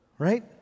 right